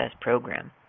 program